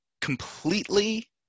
completely